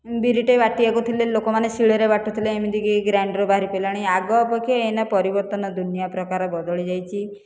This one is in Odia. ବିରି ଟିଏ ବାଟିବାକୁ ଥିଲେ ଲୋକମାନେ ଶିଳରେ ବାଟୁଥିଲେ ଏମିତିକି ଗ୍ରାଇଣ୍ଡର ବାହାରି ପଡ଼ିଲାଣି ଆଗ ଅପେକ୍ଷା ଏଇନା ପରିବର୍ତ୍ତନ ଦୁନିଆଁ ପ୍ରକାର ବଦଳି ଯାଇଛି